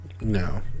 no